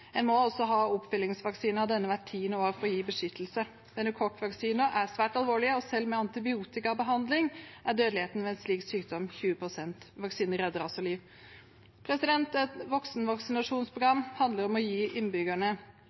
En må altså ha påfyllingsvaksine av denne hvert tiende år for å ha beskyttelse. Pneumokokksykdommer er svært alvorlige, og selv med antibiotikabehandling er dødeligheten ved en slik sykdom 20 pst. Vaksine redder altså liv. Et voksenvaksinasjonsprogram handler om å gi innbyggerne